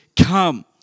come